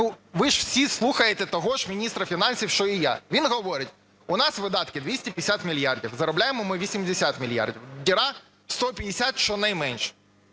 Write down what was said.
Ви ж всі слухаєте того ж міністра фінансів, що і я, він говорить у нас видатки 250 мільярдів, заробляємо ми 80 мільярдів, діра 150, щонайменше.